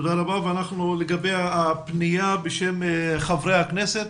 תודה רבה ולגבי הפנייה בשם חברי כנסת,